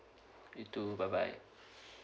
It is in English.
you too bye bye